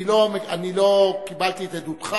אני לא קיבלתי את עדותך,